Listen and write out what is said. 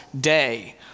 day